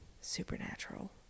Supernatural